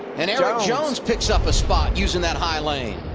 and and joenls picks up a spot using that high line.